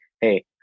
hey